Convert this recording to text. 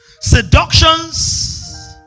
seductions